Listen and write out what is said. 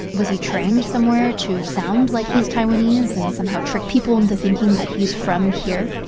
was he trained somewhere to sound like he's taiwanese and somehow trick people into thinking that he's from here?